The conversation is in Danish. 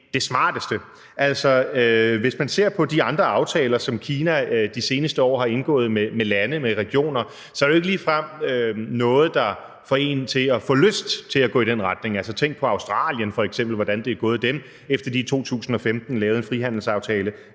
det smarteste. Altså, hvis man ser på de andre aftaler, som Kina de seneste år har indgået med lande og regioner, så er det jo ikke ligefrem noget, der får en til at få lyst til at gå i den retning. Tænk på f.eks. Australien, nemlig hvordan det er gået dem, efter de i 2015 lavede en frihandelsaftale